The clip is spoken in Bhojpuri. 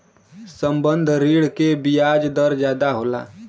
संबंद्ध ऋण के बियाज दर जादा होला